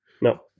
No